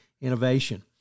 innovation